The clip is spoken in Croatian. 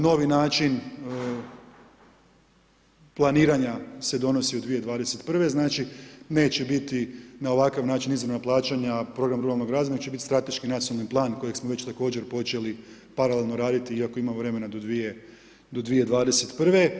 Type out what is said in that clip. Novi način planiranja se donosi u 2021., znači neće biti na ovakav način izravna plaćanja program ruralnog razvoja, nego će biti Strateški nacionalni plan kojeg smo već također počeli paralelno raditi, iako ima vremena do 2021.